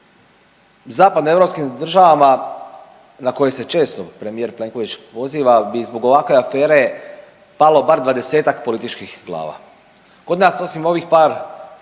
zapadnoeuropskim državama na koje se često premijer Plenković poziva bi zbog ovakve afere palo bar dvadesetak političkih glava. Kod nas osim ovih par